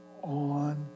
On